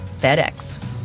FedEx